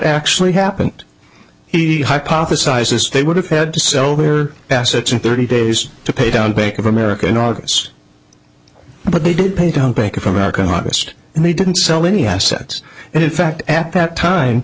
actually happened he hypothesizes they would have had to sell their assets in thirty days to pay down bank of america in august but they did pay down bank of america in august and they didn't sell any assets and in fact at that time